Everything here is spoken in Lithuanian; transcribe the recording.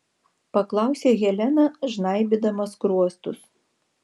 paklausė helena žnaibydama skruostus